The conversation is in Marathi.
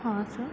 हा सर